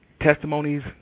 testimonies